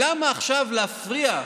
למה עכשיו להפריע?